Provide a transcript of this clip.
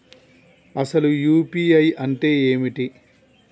అసలు యూ.పీ.ఐ అంటే ఏమిటి?